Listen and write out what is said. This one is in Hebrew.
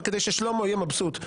וכדי ששלמה יהיה מבסוט,